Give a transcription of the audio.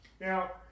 Now